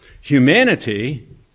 humanity